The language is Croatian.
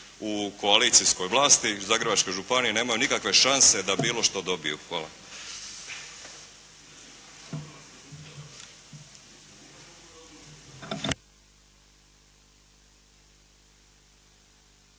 u koalicijskoj vlasti Zagrebačke županije nemaju nikakve šanse da bilo što dobiju. Hvala.